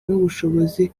n’ubushobozi